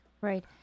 right